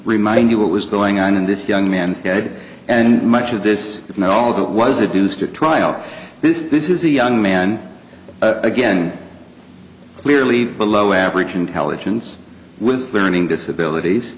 remind you what was going on in this young man's head and much of this if not all of it was administered trial this this is a young man again clearly below average intelligence with learning disabilities